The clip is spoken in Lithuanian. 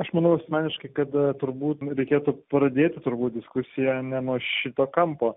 aš manau asmeniškai kada turbūt nu reikėtų pradėti turbūt diskusiją ne nuo šito kampo